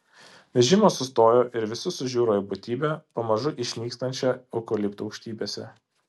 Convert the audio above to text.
vežimas sustojo ir visi sužiuro į būtybę pamažu išnykstančią eukalipto aukštybėse